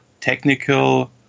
technical